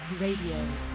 Radio